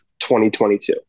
2022